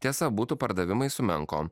tiesa butų pardavimai sumenko